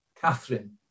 Catherine